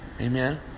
Amen